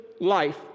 life